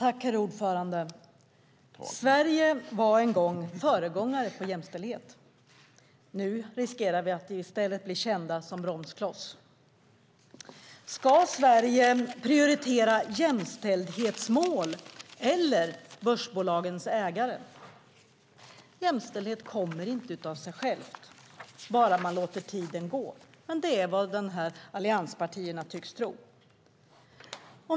Herr talman! Sverige var en gång föregångare på jämställdhet. Nu riskerar vi att i stället bli kända som bromskloss. Ska Sverige prioritera jämställdhetsmål eller börsbolagens ägare? Jämställdhet kommer inte av sig självt, bara man låter tiden gå, men det är vad allianspartierna tycks tro.